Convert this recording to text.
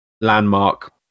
landmark